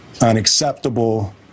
unacceptable